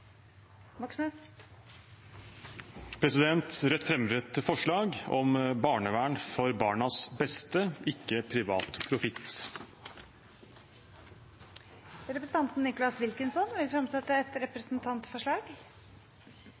Rødt fremmer et forslag om barnevern for barnas beste, ikke privat profitt. Representanten Nicholas Wilkinson vil fremsette et representantforslag.